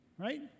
Right